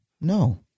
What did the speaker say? No